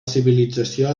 civilització